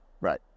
right